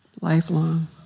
lifelong